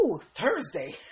Thursday